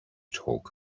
talk